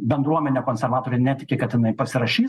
bendruomenė konservatoriai netiki kad jinai pasirašys